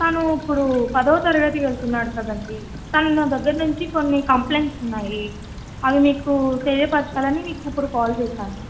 తను ఇప్పుడు పదవ తరగతికెళ్తున్నాడు కదండీ తన దగ్గర నుంచి కొన్ని కంప్లైంట్స్ ఉన్నాయి అవి మీకు తెలియపరచాలని మీకిప్పుడు కాల్ చేశాను